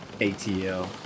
ATL